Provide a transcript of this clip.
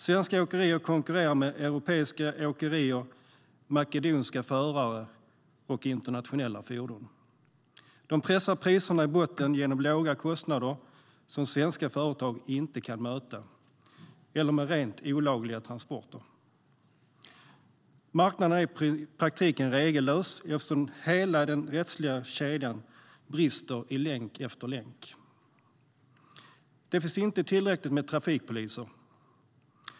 Svenska åkerier konkurrerar med europeiska åkerier - makedonska förare och internationella fordon som pressar priserna i botten genom låga kostnader, som svenska företag inte kan möta - eller med rent olagliga transporter. Marknaden är i praktiken regellös eftersom hela den rättsliga kedjan brister i länk efter länk: Det finns inte tillräckligt med trafikpoliser.